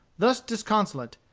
thus disconsolate,